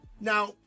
now